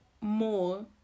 more